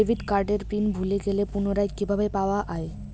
Debit কার্ডের PIN ভুলে গেলে পুনরায় কিভাবে পাওয়া য়ায়?